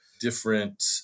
different